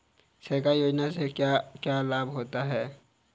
सरकारी योजनाओं से क्या क्या लाभ होता है?